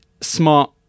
smart